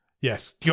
Yes